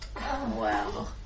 Wow